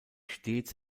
stets